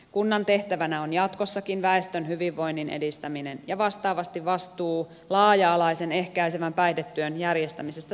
kunnan tehtävänä on jatkossakin väestön hyvinvoinnin edistäminen ja vastaavasti vastuu laaja alaisen ehkäisevän päihdetyön järjestämisestä säilyisi kunnilla